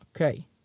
Okay